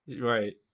right